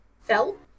felt